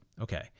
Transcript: Okay